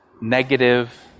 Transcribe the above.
negative